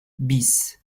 bis